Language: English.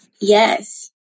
Yes